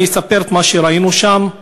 אספר מה ראינו שם: